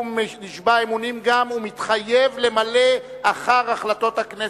הוא נשבע אמונים ומתחייב למלא אחר החלטות הכנסת,